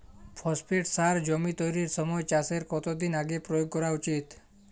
Phosphate সার জমি তৈরির সময় চাষের কত দিন আগে প্রয়োগ করা উচিৎ?